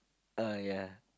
uh ya